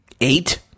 eight